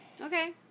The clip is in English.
Okay